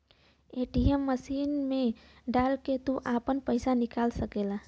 ATM machine मे डाल के तू आपन पइसा निकाल सकला